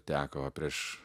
teko prieš